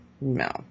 no